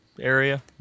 area